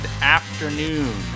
afternoon